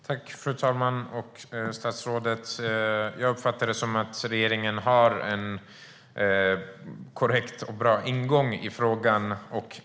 Fru talman! Som jag uppfattar det har regeringen en korrekt och bra ingång i frågan.